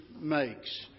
makes